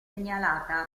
segnalata